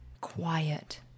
quiet